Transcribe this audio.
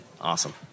Awesome